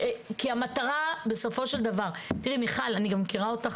מיכל, אני מכירה אותך